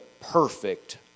perfect